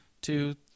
Two